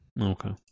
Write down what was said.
Okay